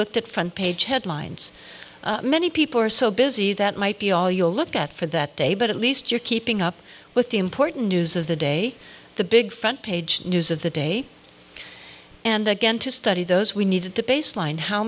looked at front page headlines many people are so busy that might be all you look at for that day but at least you're keeping up with the important news of the day the big front page news of the day and again to study those we need to baseline how